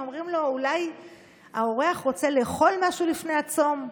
והם אומרים לו: אולי האורח רוצה לאכול משהו לפני הצום,